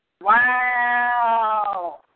Wow